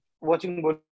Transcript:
watching